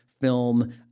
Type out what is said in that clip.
film